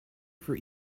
for